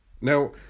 Now